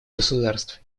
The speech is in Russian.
государств